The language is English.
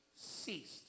ceased